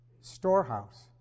storehouse